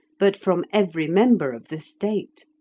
but from every member of the state.